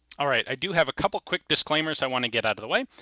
alright, i do have a couple of quick disclaimers i want to get out of the way.